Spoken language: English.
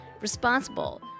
responsible